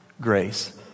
Grace